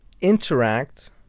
interact